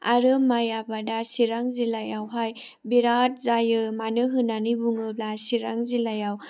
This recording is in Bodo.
आरो माइ आबादा चिरां जिल्लायावहाय बिराद जायो मानो होननानै बुङोब्ला चिरां जिल्लायाव